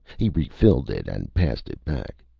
he refilled it and passed it back.